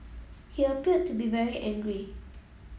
he appeared to be very angry